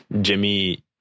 Jimmy